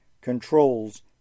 controls